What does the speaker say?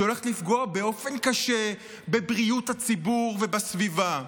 שהולך לפגוע באופן קשה בבריאות הציבור ובסביבה.